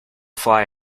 fly